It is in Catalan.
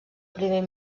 primer